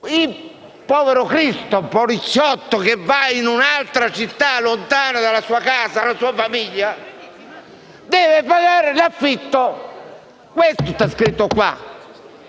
il povero cristo poliziotto che va in un'altra città, lontano dalla sua casa e dalla sua famiglia, deve pagare l'affitto - questo c'è scritto -